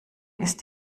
ist